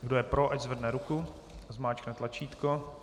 Kdo je pro, ať zvedne ruku a zmáčkne tlačítko.